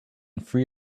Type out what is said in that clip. free